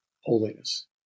holiness